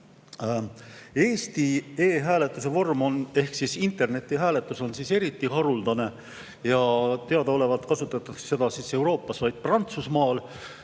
Eesti e‑hääletuse vorm ehk internetihääletus on eriti haruldane. Teadaolevalt kasutatakse seda Euroopas vaid Prantsusmaal.